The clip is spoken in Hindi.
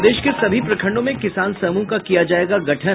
प्रदेश के सभी प्रखंडों में किसान समूह का किया जायेगा गठन